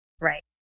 Right